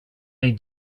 they